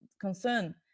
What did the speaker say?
concern